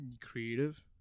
Creative